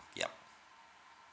yup